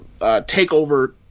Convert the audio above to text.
takeover